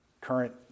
current